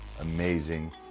amazing